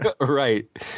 Right